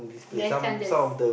less chances